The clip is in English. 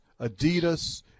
Adidas